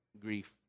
grief